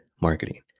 marketing